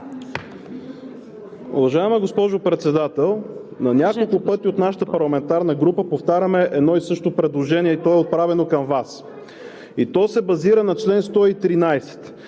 Уважаема госпожо Председател, на няколко пъти от нашата парламентарна група повтаряме едно и също предложение и то е отправено към Вас. Базира се на чл. 113.